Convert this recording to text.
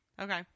Okay